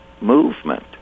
movement